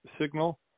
signal